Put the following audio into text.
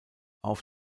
auf